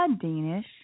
Danish